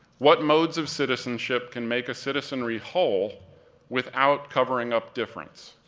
what modes of citizenship can make a citizenry whole without covering up difference?